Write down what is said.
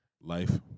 life